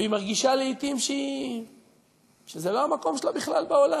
והיא מרגישה לעתים שזה לא המקום שלה בכלל בעולם.